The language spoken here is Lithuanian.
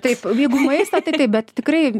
taip jeigu maistą tai taip bet tikrai